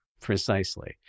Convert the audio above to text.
Precisely